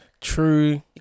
True